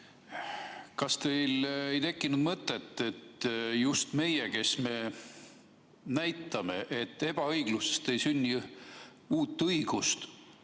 Kas teil ei tekkinud mõtet, et just meie, kes me saame näidata, et ebaõiglusest ei sünni uut õigust,